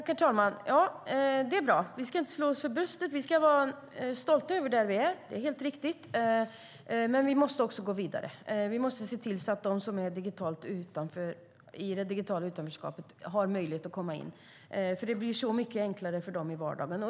Herr talman! Det är bra. Vi ska inte slå oss för bröstet. Vi ska vara stolta över att vi är där vi är, det är helt riktigt, men vi måste också gå vidare och se till att de som är i det digitala utanförskapet har möjlighet att komma in, för det blir så mycket enklare för dem i vardagen.